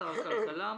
שר הכלכלה,